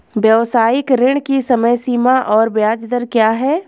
व्यावसायिक ऋण की समय सीमा और ब्याज दर क्या है?